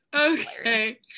Okay